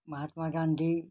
Mahatma Gandhi